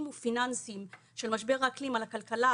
ופיננסיים של משבר האקלים על הכלכלה,